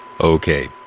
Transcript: Okay